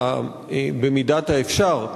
במידת האפשר,